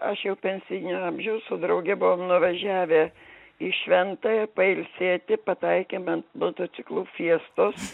aš jau pensinio amžiaus su drauge buvom nuvažiavę į šventąją pailsėti pataikėme ant motociklų fiestos